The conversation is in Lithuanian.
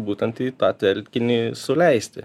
būtent į tą telkinį suleisti